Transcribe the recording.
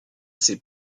ses